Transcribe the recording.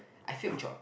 I failed Geog